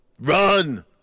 Run